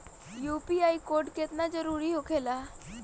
UPI code केतना जरुरी होखेला?